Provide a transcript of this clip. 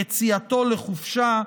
יציאתו לחופשה,